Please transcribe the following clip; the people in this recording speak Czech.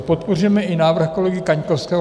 Podporujeme i návrh kolegy Kaňkovského.